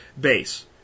base